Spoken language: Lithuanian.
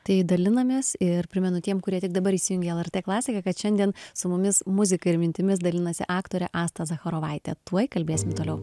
tai dalinamės ir primenu tiem kurie tik dabar įsijungė lrt klasika kad šiandien su mumis muzikai ir mintimis dalinasi aktorė asta zacharovaitė tuoj kalbėsim toliau